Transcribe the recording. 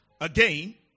Again